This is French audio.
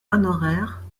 honoraire